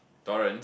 Torance